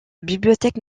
bibliothèque